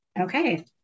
okay